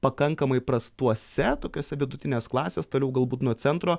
pakankamai prastuose tokiuose vidutinės klasės toliau galbūt nuo centro